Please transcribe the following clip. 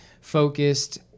focused